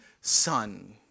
son